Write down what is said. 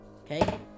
Okay